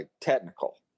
technical